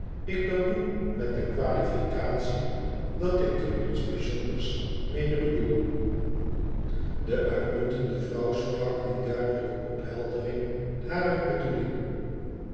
ik dat doe met de qualificatie dat ik er niets bijzonders mede bedoel de uitmuntende vrouw sprak die duidelijke opheldering harer bedoeling